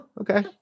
okay